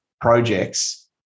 projects